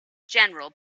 general